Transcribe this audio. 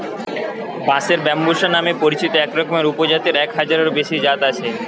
বাঁশের ব্যম্বুসা নামে পরিচিত একরকমের উপজাতের এক হাজারেরও বেশি জাত আছে